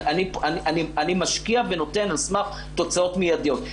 אני משקיע ונותן על סמך תוצאות מידיות.